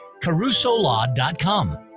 carusolaw.com